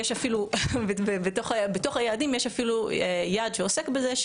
יש אפילו בתוך היעדים יעד שעוסק בזה,